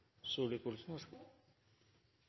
minutter. Vær så god.